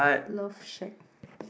love shack